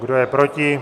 Kdo je proti?